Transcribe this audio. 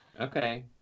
okay